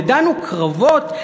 ידענו קרבות,